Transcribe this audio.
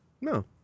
No